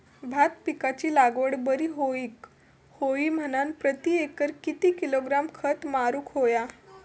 भात पिकाची लागवड बरी होऊक होई म्हणान प्रति एकर किती किलोग्रॅम खत मारुक होया?